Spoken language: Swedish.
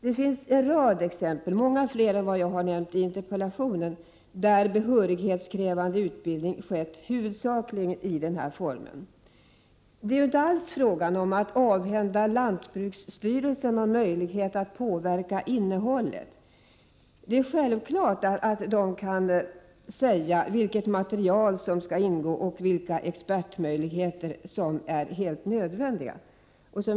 Det finns en rad exempel, många fler än jag har nämnt i interpellationen, där behörighetskrävande utbildning skett huvudsakligen i denna form. Det är ju inte alls fråga om att avhända lantbruksstyrelsen någon möjlighet att påverka innehållet i utbildningen. Det är självklart att lantbruksstyrelsen kan bestämma vilket material som skall användas och vilken expertmedverkan som är helt nödvändig.